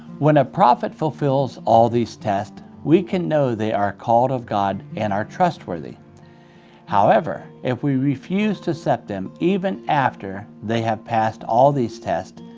when a prophet fulfills all these tests, we can know they are called of god and are truthworthy. however, if we refuse to accept them even after they have passed all these tests,